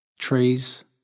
Trees